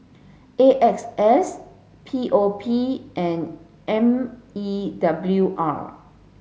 A X S P O P and M E W R